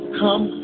come